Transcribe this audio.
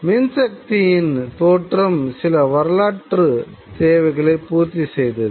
மின்சக்தியின் தோற்றம் சில வரலாற்றுத் தேவைகளை பூர்த்தி செய்தது